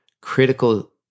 critical